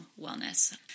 wellness